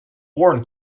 wore